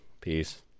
Peace